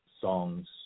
songs